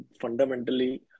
fundamentally